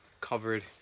covered